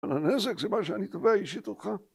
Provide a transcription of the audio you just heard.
אבל הנזק זה מה שאני תובע אישית אותך